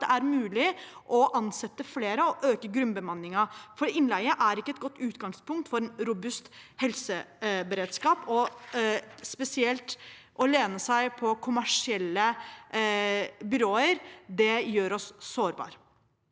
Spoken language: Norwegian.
det er mulig å ansette flere og øke grunnbemanningen, for innleie er ikke et godt utgangspunkt for en robust helseberedskap. Spesielt det å lene seg på kommersielle byråer gjør oss sårbare.